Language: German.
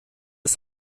ist